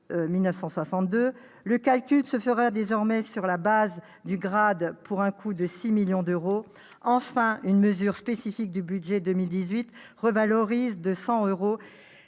Le calcul se fera désormais sur la base du grade, pour un coût de 6 millions d'euros. Enfin, une mesure spécifique du budget pour 2018 revalorise de 100 euros